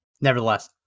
nevertheless